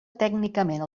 tècnicament